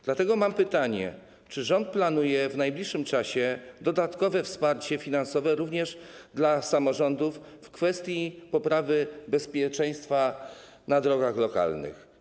Dlatego mam pytanie: Czy rząd planuje w najbliższym czasie dodatkowe wsparcie finansowe również dla samorządów w kwestii poprawy bezpieczeństwa na drogach lokalnych?